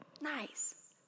Nice